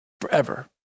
forever